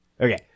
Okay